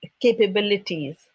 capabilities